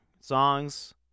songs